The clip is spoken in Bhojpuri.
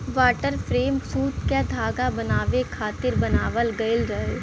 वाटर फ्रेम सूत क धागा बनावे खातिर बनावल गइल रहे